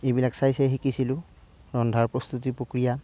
এইবিলাক চাই চাই শিকিছিলোঁ ৰন্ধাৰ প্ৰস্তুতি প্ৰক্ৰিয়া